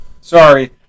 Sorry